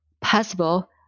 possible